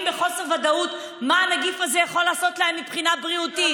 בחוסר ודאות מה הנגיף יכול לעשות להם מבחינה בריאותית.